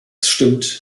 stimmt